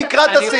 הוא יקרא את הסעיף.